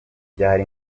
byari